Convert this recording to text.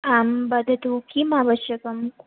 आं वदतु किम् आवश्यकम्